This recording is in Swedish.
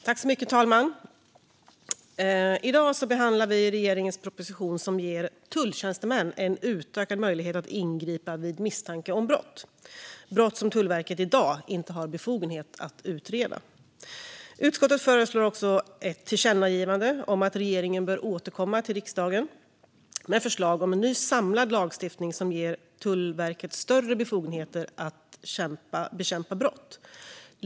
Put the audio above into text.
Fru talman! I dag behandlar vi regeringens proposition som ger tulltjänstemän en utökad möjlighet att ingripa vid misstanke om brott. Det är fråga om brott som Tullverket i dag inte har befogenhet att utreda. Utskottet föreslår också ett tillkännagivande om att regeringen bör återkomma till riksdagen med förslag om en ny samlad lagstiftning som ger Tullverket större befogenheter att bekämpa brott.